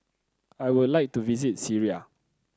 I would like to visit Syria